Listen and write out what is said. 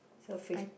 so fifth